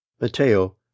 Mateo